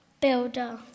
Builder